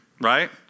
right